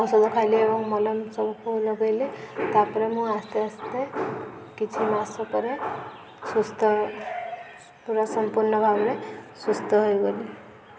ଔଷଧ ଖାଇଲି ଏବଂ ମଲମ୍ ସବୁକୁ ଲଗେଇଲେ ତାପରେ ମୁଁ ଆସ୍ତେ ଆସ୍ତେ କିଛି ମାସ ପରେ ସୁସ୍ଥ ପୁରା ସମ୍ପୂର୍ଣ୍ଣ ଭାବରେ ସୁସ୍ଥ ହୋଇଗଲି